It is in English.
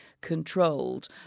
controlled